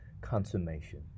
consummation